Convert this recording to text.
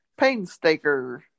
painstaker